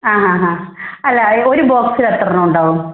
ആ ആ ആ അല്ല ഈ ഒരു ബോക്സിൽ എത്ര എണ്ണം ഉണ്ടാവും